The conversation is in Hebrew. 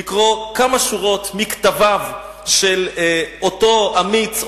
לקרוא כמה שורות מכתביו של אותו אמיץ,